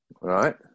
Right